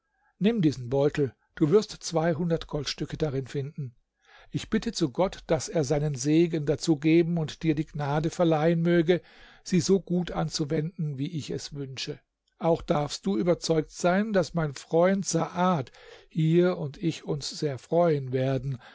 nimm diesen beutel du wirst zweihundert goldstücke darin finden ich bitte zu gott daß er seinen segen dazu geben und dir die gnade verleihen möge sie so gut anzuwenden wie ich es wünsche auch darfst du überzeugt sein daß mein freund saad hier und ich uns sehr freuen werden